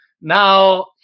now